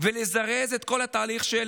ולזרז את כל התהליך של